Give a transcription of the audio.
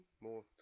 more